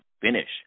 finish